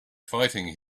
fighting